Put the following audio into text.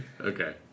Okay